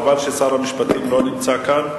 חבל ששר המשפטים לא נמצא כאן.